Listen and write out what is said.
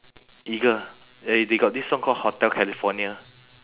eagle they they got this song call hotel california